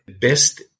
best